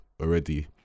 already